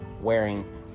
wearing